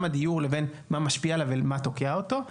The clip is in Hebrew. הדיור לבין מה משפיע עליו ומה תוקע אותו,